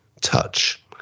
touch